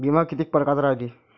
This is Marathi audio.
बिमा कितीक परकारचा रायते?